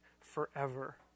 forever